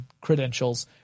credentials